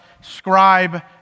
scribe